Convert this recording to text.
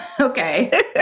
Okay